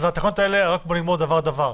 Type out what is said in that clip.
רק בואו נאמר דבר-דבר.